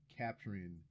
capturing